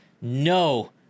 no